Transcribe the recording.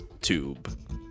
tube